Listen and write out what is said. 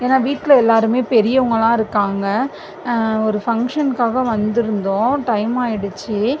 ஏன்னா வீட்டில எல்லாருமே பெரியவங்களாம் இருக்காங்கள் ஒரு ஃபங்ஷன்க்காக வந்திருந்தோம் டைம் ஆயிடுச்சு